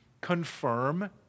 confirm